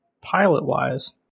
pilot-wise